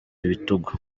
bitugu